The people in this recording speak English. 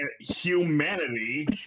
Humanity